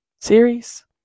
series